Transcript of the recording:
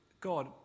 God